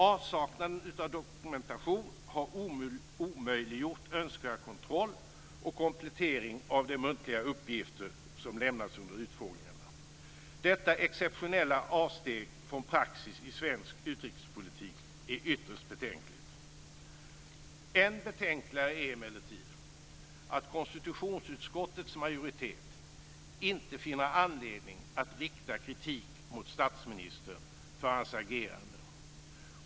Avsaknaden av dokumentation har omöjliggjort önskvärd kontroll och komplettering av de muntliga uppgifter som lämnats under utfrågningarna. Detta exceptionella avsteg från praxis i svensk utrikespolitik är ytterst betänkligt. Än betänkligare är emellertid att konstitutionsutskottets majoritet inte finner anledning att rikta kritik mot statsministern för hans agerande.